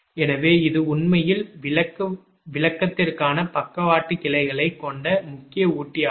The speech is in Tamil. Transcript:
எனவே இது உண்மையில் விளக்கத்திற்கான பக்கவாட்டு கிளைகளைக் கொண்ட முக்கிய ஊட்டியாகும்